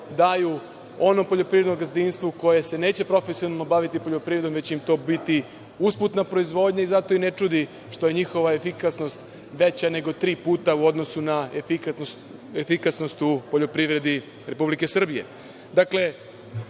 daju onom poljoprivrednom gazdinstvu koje se neće profesionalno baviti poljoprivredom, već će im to biti usputna proizvodnja i zato i ne čudi što je njihova efikasnost veća nego tri puta u odnosu na efikasnost u poljoprivredi Republike Srbije. Dakle,